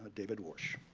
david warsh.